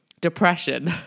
depression